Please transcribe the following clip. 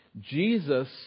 Jesus